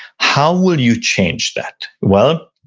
how will you change that? well,